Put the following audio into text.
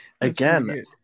Again